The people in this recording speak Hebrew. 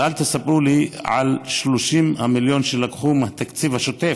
ואל תספרו לי על 30 המיליון שלקחו מהתקציב השוטף.